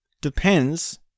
depends